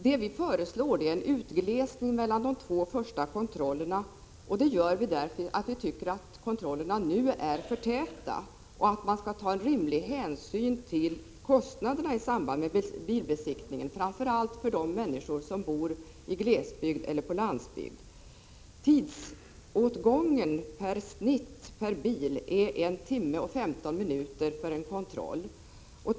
Vad vi föreslår är en utglesning mellan de två första kontrollerna. Det gör vi därför att vi tycker att kontrollerna nu är för täta och att man skall ta rimlig hänsyn till kostnaderna i samband med bilbesiktningen, framför allt för de människor som bor i glesbygd eller på landsbygd. Den genomsnittliga tidsåtgången per bil är en timme och 15 minuter för en kontroll.